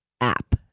app